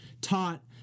taught